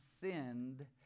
sinned